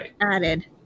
added